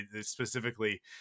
Specifically